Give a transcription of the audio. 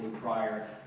prior